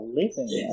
living